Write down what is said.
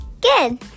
Good